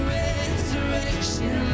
resurrection